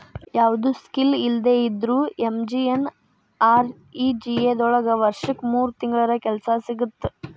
ಯಾವ್ದು ಸ್ಕಿಲ್ ಇಲ್ದೆ ಇದ್ರೂ ಎಂ.ಜಿ.ಎನ್.ಆರ್.ಇ.ಜಿ.ಎ ದೊಳಗ ವರ್ಷಕ್ ಮೂರ್ ತಿಂಗಳರ ಕೆಲ್ಸ ಸಿಗತ್ತ